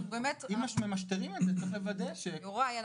אם ממשטרים את זה צריך לוודא ש --- יוראי,